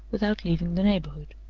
without leaving the neighborhood.